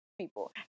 people